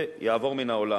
זה יעבור מן העולם.